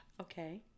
Okay